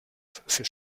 für